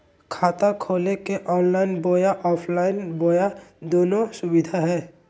खाता खोले के ऑनलाइन बोया ऑफलाइन बोया दोनो सुविधा है?